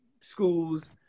schools